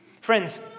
Friends